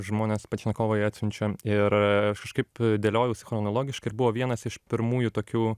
žmonės pašnekovai atsiunčia ir aš kažkaip dėliojausi chronologiškai ir buvo vienas iš pirmųjų tokių